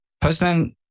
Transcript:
Postman